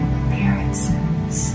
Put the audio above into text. appearances